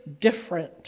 different